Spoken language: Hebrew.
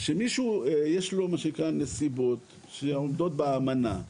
כשלמישהו יש לו נסיבות שעומדות באמנה,